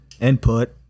input